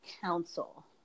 council